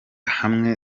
hamwe